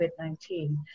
COVID-19